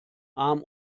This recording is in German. arm